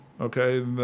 Okay